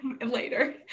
later